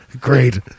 great